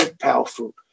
powerful